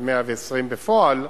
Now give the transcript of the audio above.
עד 120 בפועל,